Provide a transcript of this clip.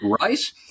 Right